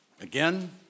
Again